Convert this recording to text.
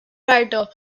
writer